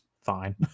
fine